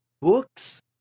Books